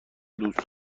دوست